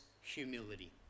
humility